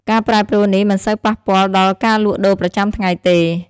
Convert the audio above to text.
ការប្រែប្រួលនេះមិនសូវប៉ះពាល់ដល់ការលក់ដូរប្រចាំថ្ងៃទេ។